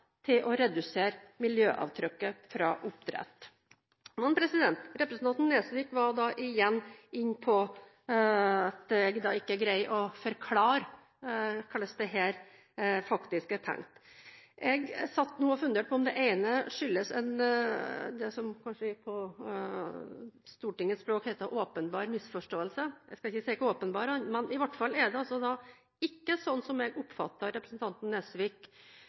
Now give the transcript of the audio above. til å redusere miljøavtrykket fra oppdrett. Representanten Nesvik var igjen inne på at jeg ikke greier å forklare hvordan dette faktisk er tenkt. Jeg satt og funderte på om det skyldes det som på stortingsspråket heter «en åpenbar misforståelse» – jeg skal ikke si hvor åpenbar den var – men i alle fall er det ikke sånn som jeg oppfatter representanten Nesviks beskrivelse av lus og geografi. Representanten Nesvik